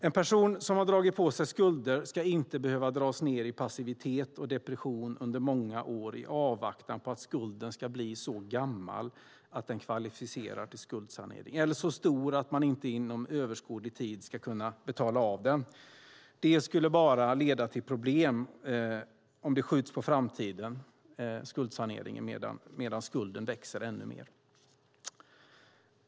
En person som har dragit på sig skulder ska inte behöva dras ned i passivitet och depression under många år i avvaktan på att skulden ska bli så gammal att den kvalificerar till skuldsanering eller så stor att man inte inom överskådlig tid ska kunna betala av den. Det leder bara till att problem skjuts på framtiden medan skulden växer ännu mer.